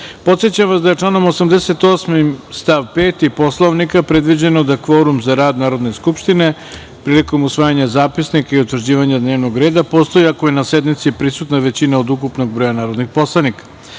vas da je članom 88. stav 5. Poslovnika predviđeno da kvorum za rad Narodne skupštine prilikom usvajanja zapisnika i utvrđivanja dnevnog reda postoji ako je na sednici prisutna većina od ukupnog broja narodnih poslanika. Radi